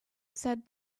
said